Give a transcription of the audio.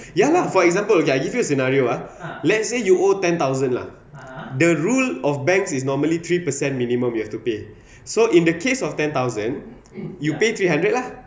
ya lah for example okay I give you a scenario ah let's say you owe ten thousand lah the rule of banks is normally three per cent minimum you have to pay so in the case of ten thousand you pay three hundred lah